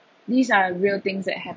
these are real things that hap~